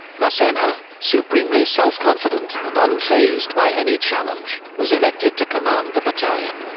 massena, supremely self-confident and unfazed by any challenge, was elected to command the battalion,